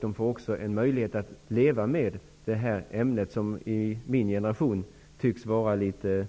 De får också en möjlighet att leva med detta ämne, som för min generation och för den breda allmänheten tycks vara litet